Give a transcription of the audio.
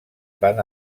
van